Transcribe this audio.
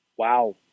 Wow